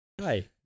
Hi